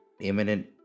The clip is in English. imminent